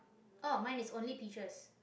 oh mine is only peaches